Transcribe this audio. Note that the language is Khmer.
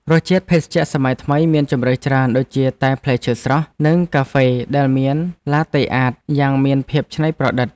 រសជាតិភេសជ្ជៈសម័យថ្មីមានជម្រើសច្រើនដូចជាតែផ្លែឈើស្រស់និងកាហ្វេដែលមានឡាតេអាតយ៉ាងមានភាពច្នៃប្រឌិត។